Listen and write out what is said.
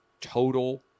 total